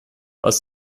was